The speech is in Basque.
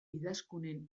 idazkunen